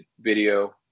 video